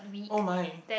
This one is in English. oh my